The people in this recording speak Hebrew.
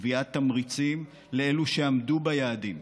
קביעת תמריצים לאלה שעמדו ביעדים,